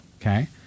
okay